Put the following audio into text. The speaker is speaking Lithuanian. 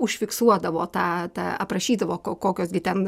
užfiksuodavo tą tą aprašydavo ko kokios gi ten